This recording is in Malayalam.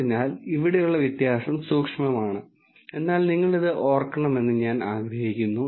അതിനാൽ ഇവിടെയുള്ള വ്യത്യാസം സൂക്ഷ്മമാണ് എന്നാൽ നിങ്ങൾ ഇത് ഓർക്കണമെന്ന് ഞാൻ ആഗ്രഹിക്കുന്നു